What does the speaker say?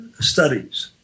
studies